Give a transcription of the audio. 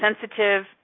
sensitive